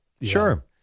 Sure